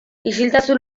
isiltasun